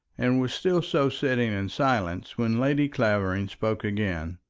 and was still so sitting in silence when lady clavering spoke again.